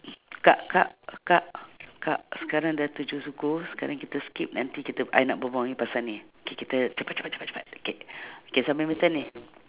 kak kak kak kak sekarang dah tujuh suku sekarang kita skip nanti kita I nak berbual ngan you pasal ni K kita cepat cepat cepat cepat K K siapa punya turn ni